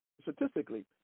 statistically